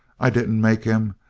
i didn't make him.